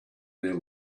their